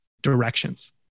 directions